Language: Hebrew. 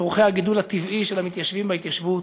צורכי הגידול הטבעי של המתיישבים וההתיישבות,